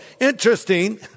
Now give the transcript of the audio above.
Interesting